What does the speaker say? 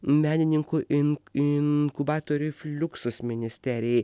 menininkų ir inkubatoriui fluxus ministerijai